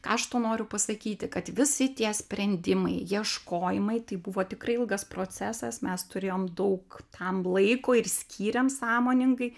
ką aš tuo noriu pasakyti kad visi tie sprendimai ieškojimai tai buvo tikrai ilgas procesas mes turėjom daug tam laiko ir skyrėm sąmoningai